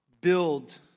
build